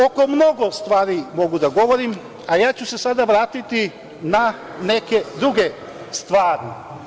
Oko mnogo stvari mogu da govorim, ali, ja ću se sada vratiti na neke druge stvari.